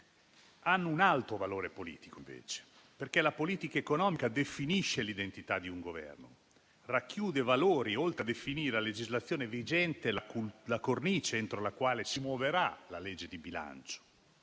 invece un alto valore politico, perché la politica economica definisce l'identità di un Governo: racchiude valori, oltre a definire la legislazione vigente e la cornice entro la quale si muoverà la legge di bilancio,